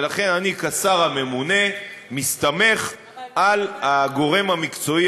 ולכן אני כשר הממונה מסתמך על הגורם המקצועי